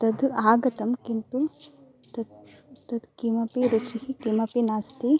तद् आगतं किन्तु तत् तत् किमपि रुचिः किमपि नस्ति